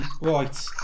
Right